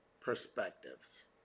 perspectives